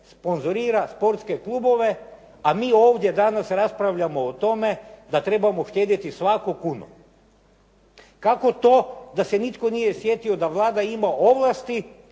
sponzorira sportske klubove, a mi ovdje danas raspravljamo o tome da trebamo štedjeti svaku kunu? Kako to da se nitko nije sjetio da Vlada ima ovlasti,